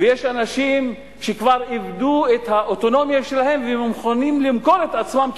ויש אנשים שכבר איבדו את האוטונומיה שלהם ומוכנים למכור את עצמם,